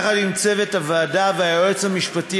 יחד עם צוות הועדה והיועץ המשפטי,